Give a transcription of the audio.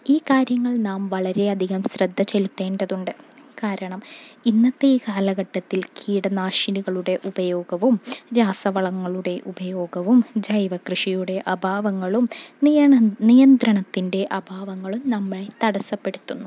ഈ കാര്യങ്ങൾ നാം വളരെയധികം ശ്രദ്ധ ചെലുത്തേണ്ടതുണ്ട് കാരണം ഇന്നത്തെ ഈ കാലഘട്ടത്തിൽ കീടനാശിനികളുടെ ഉപയോഗവും രാസവളങ്ങളുടെ ഉപയോഗവും ജൈവ കൃഷിയുടെ അഭാവങ്ങളും നിയന്ത്രണത്തിൻ്റെ അഭാവങ്ങളും നമ്മളെ തടസ്സപ്പെടുത്തുന്നു